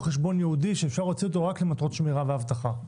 חשבון ייעודי שאפשר להוציא אותו רק למטרות שמירה ואבטחה?